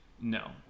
No